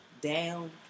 down